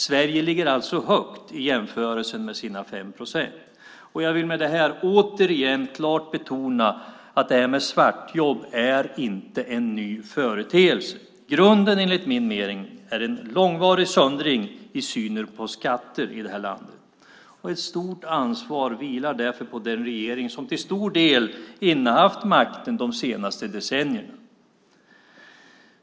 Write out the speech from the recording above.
Sverige ligger alltså högt i jämförelsen, med sina 5 procent. Jag vill med det här återigen klart betona att svartjobb inte är en ny företeelse. Grunden, enligt min mening, är en långvarig söndring i synen på skatter i det här landet. Ett stort ansvar vilar därför på den regering som till stor del innehaft makten de senaste decennierna.